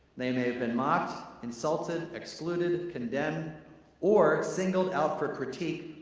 they may have been mocked, insulted, excluded, condemned or singled out for critique,